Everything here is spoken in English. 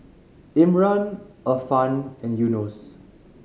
Imran Irfan and Yunos